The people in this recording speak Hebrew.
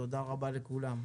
תודה רבה לכולם.